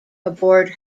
aboard